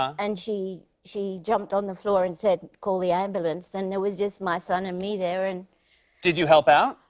and she she jumped on the floor and said, call the ambulance. and there it was just my son and me there and did you help out?